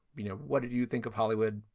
you know what did you think of hollywood?